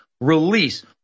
release